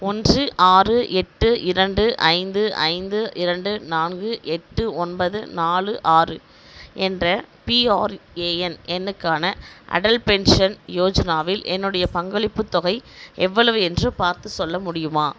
ஒன்று ஆறு எட்டு இரண்டு ஐந்து ஐந்து இரண்டு நான்கு எட்டு ஒன்பது நாலு ஆறு என்ற பிஆர்ஏஎன் எண்ணுக்கான அடல் பென்ஷன் யோஜனாவில் என்னுடைய பங்களிப்புத் தொகை எவ்வளவு என்று பார்த்து சொல்ல முடியுமா